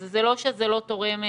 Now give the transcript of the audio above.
אז זה לא שזה לא תורם בכלל,